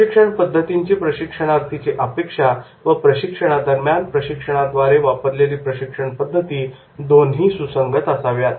प्रशिक्षण पद्धतीची प्रशिक्षणार्थीची अपेक्षा व प्रशिक्षणादरम्यान प्रशिक्षणाद्वारे वापरलेली प्रशिक्षण पद्धती दोन्ही सुसंगत असाव्यात